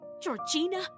Georgina